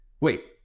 wait